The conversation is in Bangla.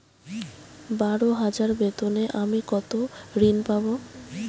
বারো হাজার বেতনে আমি কত ঋন পাব?